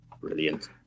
Brilliant